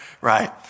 right